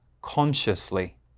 consciously